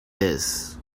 this